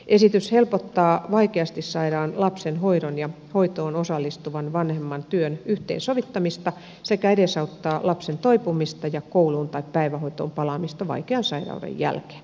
esitys helpottaa vaikeasti sairaan lapsen hoidon ja hoitoon osallistuvan vanhemman työn yhteensovittamista sekä edesauttaa lapsen toipumista ja kouluun tai päivähoitoon palaamista vaikean sairauden jälkeen